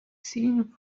seen